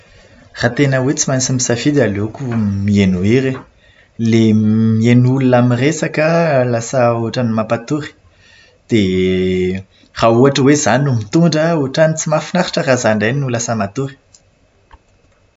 Raha tena hoe tsy maintsy misafidy aleoko mihaino hira. Ilay mihaino olona miresaka lasa ohatran'ny mampatory dia raha ohatra hoe izaho no mitondra dia ohatran'ny tsy mahafinaritra raha izaho indray no lasa matory.